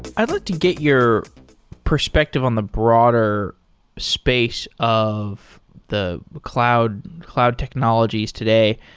i'd like to get your perspective on the broader space of the cloud cloud technologies today.